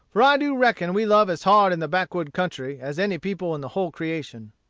for i do reckon we love as hard in the backwood country as any people in the whole creation.